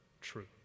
True